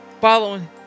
following